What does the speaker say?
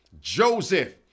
Joseph